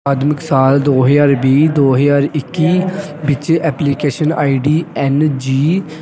ਆਦਮਿਕ ਸਾਲ ਦੋ ਹਜ਼ਾਰ ਵੀਹ ਦੋ ਹਜ਼ਾਰ ਇੱਕੀ ਵਿੱਚ ਐਪਲੀਕੇਸ਼ਨ ਆਈ ਡੀ ਐਨ ਜੀ